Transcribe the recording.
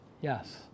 Yes